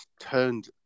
turned